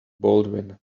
baldwin